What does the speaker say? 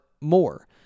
more